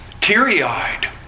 teary-eyed